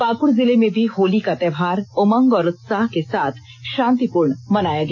पाकुड़ जिले में भी होली का त्योहार उमंग और उत्साह के साथ शांतिपूर्ण मनाया गया